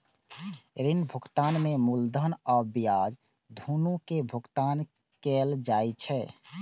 ऋण भुगतान में मूलधन आ ब्याज, दुनू के भुगतान कैल जाइ छै